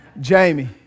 Jamie